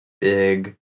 big